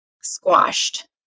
squashed